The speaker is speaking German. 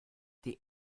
die